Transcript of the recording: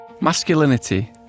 Masculinity